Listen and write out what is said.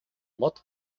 мод